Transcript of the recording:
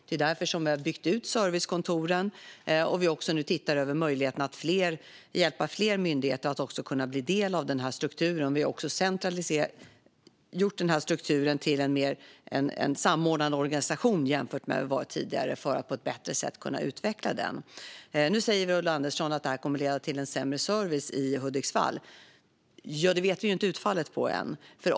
Det är därför vi har byggt ut servicekontoren och nu också tittar över möjligheten att hjälpa fler myndigheter att kunna bli del av den strukturen. Vi har också centraliserat den till mer av en samordnad organisation, jämfört med hur det var tidigare, för att på ett bättre sätt kunna utveckla den. Nu säger Ulla Andersson att detta kommer att leda till en sämre service i Hudiksvall, men vi vet ju inte utfallet än.